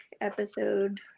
episode